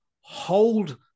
hold